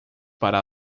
para